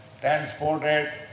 transported